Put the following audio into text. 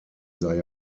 sei